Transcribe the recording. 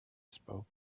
spoke